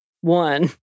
one